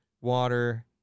water